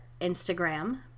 Instagram